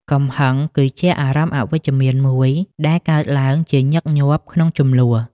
កំហឹង គឺជាអារម្មណ៍អវិជ្ជមានមួយដែលកើតឡើងជាញឹកញាប់ក្នុងជម្លោះ។